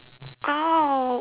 !ouch!